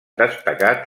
destacat